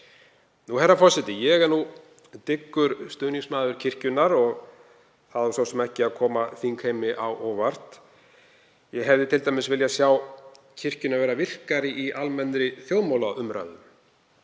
Herra forseti. Ég er dyggur stuðningsmaður kirkjunnar og það á svo sem ekki að koma þingheimi á óvart. Ég hefði t.d. viljað sjá kirkjuna vera virkari í almennri þjóðmálaumræðu.